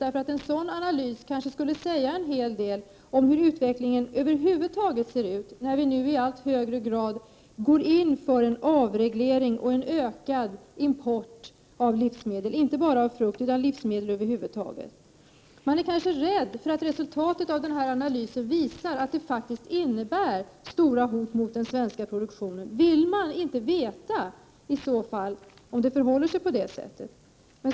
Den kanske skulle säga en hel del om hur utvecklingen över huvud taget ser ut, när vi nu i allt högre grad går in för en avreglering och ökad import av inte bara frukt utan livsmedel över huvud taget. Man är kanske rädd för att resultatet av analysen skulle visa att detta faktiskt ir 2 bär stora hot mot den svenska produktionen. Vill man i så fall inte veta om det förhåller sig på det sättet?